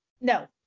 No